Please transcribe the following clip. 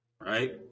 Right